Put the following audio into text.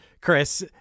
Chris